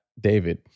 David